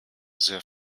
sehr